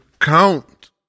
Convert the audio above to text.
count